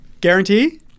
Guarantee